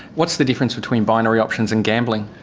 what's the difference between binary options and gambling?